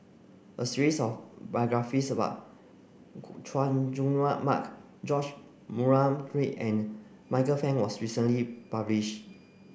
a series of biographies about Chay Jung Mark George Murray Reith and Michael Fam was recently published